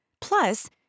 Plus